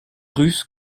russe